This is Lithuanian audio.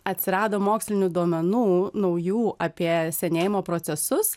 atsirado mokslinių duomenų naujų apie senėjimo procesus